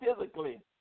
physically